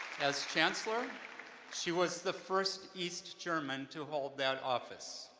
as chancellor she was the first east german to hold that office.